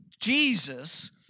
Jesus